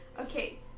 Okay